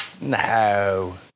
No